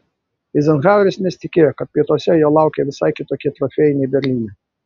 eizenhaueris nesitikėjo kad pietuose jo laukia visai kitokie trofėjai nei berlyne